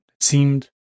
seemed